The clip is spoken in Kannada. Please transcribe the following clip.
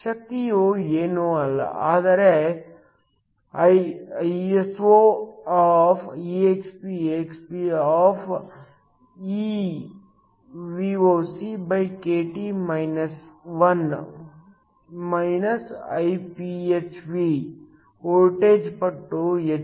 ಶಕ್ತಿಯು ಏನೂ ಅಲ್ಲ ಆದರೆ I Iphv ವೋಲ್ಟೇಜ್ ಪಟ್ಟು ಹೆಚ್ಚು